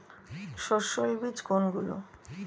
সস্যল বীজ কোনগুলো?